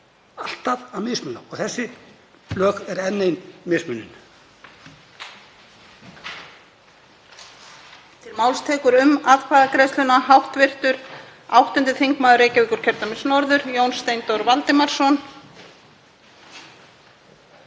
Alltaf að mismuna og þessi lög eru enn ein mismununin.